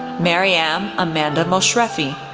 maryam amanda moshrefi,